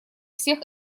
всех